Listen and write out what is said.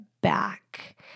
back